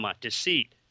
deceit